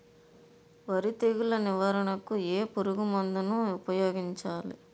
వరి తెగుల నివారణకు ఏ పురుగు మందు ను ఊపాయోగించలి?